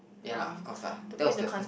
ya lah of course lah that was the first